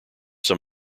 some